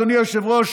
אדוני היושב-ראש,